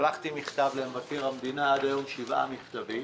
שלחתי מכתב למבקר המדינה, עד היום, שבעה מכתבים